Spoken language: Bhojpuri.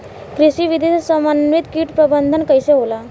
कृषि विधि से समन्वित कीट प्रबंधन कइसे होला?